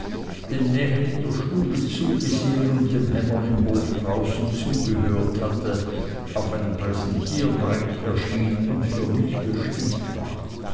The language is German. dem nähen in der stube zugesehen und dem hämmern im hof draußen zugehört hatte auf einem präsentierbrett erschien und für mich bestimmt war